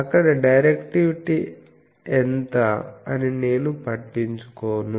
అక్కడ డైరెక్టివిటీ ఎంత అని నేను పట్టించుకోను